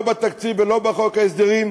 לא בתקציב ולא בחוק ההסדרים,